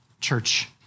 Church